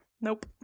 Nope